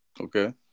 Okay